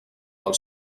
del